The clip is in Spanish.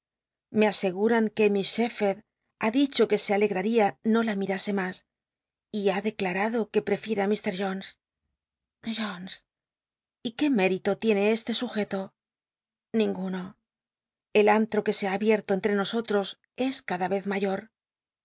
me asegumn qu e miss shepherd ha dicho que se alegratia no la mitasc mas y ha declarado que prefiere mr j oncs i j ones y c ué mérito tiene este sujeto ninguno el antro que se ha abierto entre nosottos es cada rez mayor